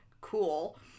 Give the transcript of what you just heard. cool